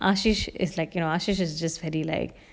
ashey is like you know ashey is just very like